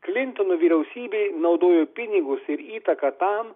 klintono vyriausybė naudojo pinigus ir įtaką tam